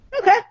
Okay